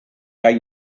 gai